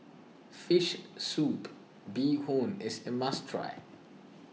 Fish Soup Bee Hoon is a must try